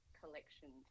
collection